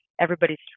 everybody's